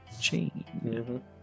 chain